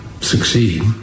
succeed